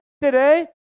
today